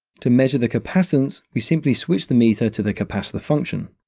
to measure the capacitance, we simply switch the meter to the capacitor function.